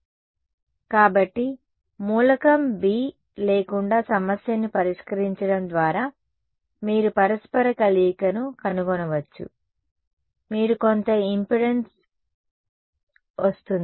కాబట్టి మూలకం B లేకుండా సమస్యను పరిష్కరించడం ద్వారా మీరు పరస్పర కలయికను కనుగొనవచ్చు మీకు కొంత ఇంపెడెన్స్ వస్తుంది